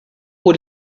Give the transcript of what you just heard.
pour